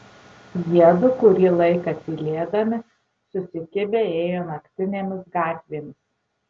jiedu kurį laiką tylėdami susikibę ėjo naktinėmis gatvėmis